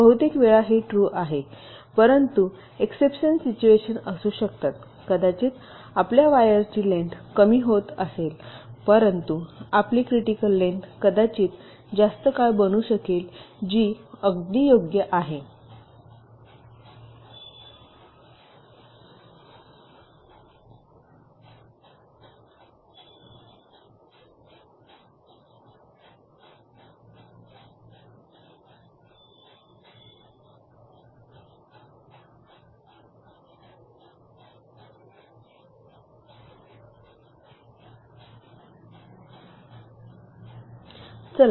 बहुतेक वेळेस हे ट्रू आहे परंतु एक्ससेपशन सिचवेशन असू शकतात कदाचित आपल्या वायरची लेन्थ कमी होत असेल परंतु आपली क्रिटिकल लेन्थ कदाचित जास्त काळ बनू शकेल जी अगदी योग्य आहे